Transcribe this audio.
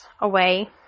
away